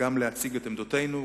להציג גם את עמדותינו,